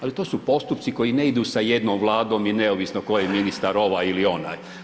Ali to su postupci koji ne idu sa jednom Vladom i neovisno tko je ministar ovaj ili onaj.